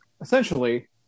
essentially